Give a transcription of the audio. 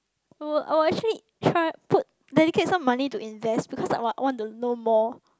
I'll I'll actually try put dedicate some money to invest because I might I want to know more